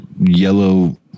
Yellow